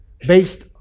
based